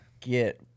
get